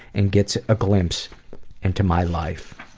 and gets a glimpse into my life.